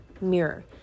mirror